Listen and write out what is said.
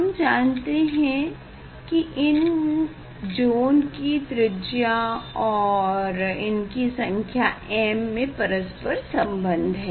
हम जानते हैं इन ज़ोन की त्रिज्या और इनकी संख्या m में परस्पर संबंध है